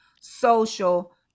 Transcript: social